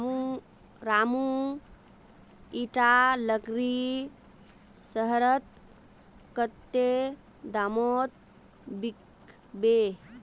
रामू इटा लकड़ी शहरत कत्ते दामोत बिकबे